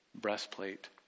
breastplate